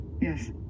Yes